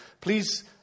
please